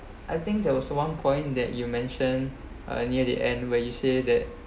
I think there was one point that you mentioned uh near the end where you say that